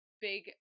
big